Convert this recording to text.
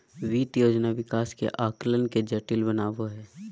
वित्त योजना विकास के आकलन के जटिल बनबो हइ